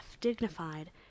dignified